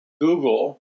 Google